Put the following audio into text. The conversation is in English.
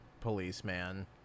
policeman